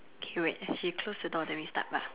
okay wait he close the door that means start